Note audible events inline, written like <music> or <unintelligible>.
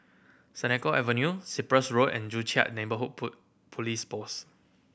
Senoko Avenue Cyprus Road and Joo Chiat Neighbourhood <unintelligible> Police Post